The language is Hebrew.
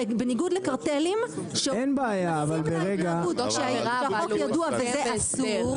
בניגוד לקרטלים שנכנסים לאיגוד כשהחוק ידוע וזה אסור.